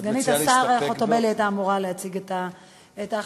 סגנית השר חוטובלי הייתה אמורה להציג את ההחלטה.